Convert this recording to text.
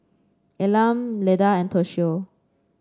Elam Leda and Toshio